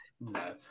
No